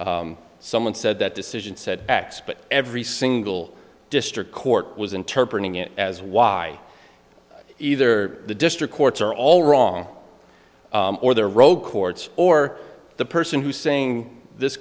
someone said that decision said x but every single district court was interpreted as why either the district courts are all wrong or they're rogue courts or the person who's saying this